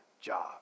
job